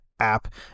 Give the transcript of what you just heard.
app